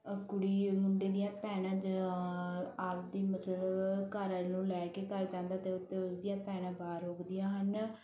ਕੁੜੀ ਮੁੰਡੇ ਦੀਆਂ ਭੈਣਾਂ ਆਪ ਦੀ ਮਤਲਬ ਘਰ ਵਾਲੇ ਨੂੰ ਲੈ ਕੇ ਘਰ ਜਾਂਦਾ ਅਤੇ ਉੱਥੇ ਉਸਦੀਆਂ ਭੈਣਾਂ ਬਾਰ ਰੋਕਦੀਆਂ ਹਨ